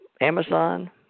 Amazon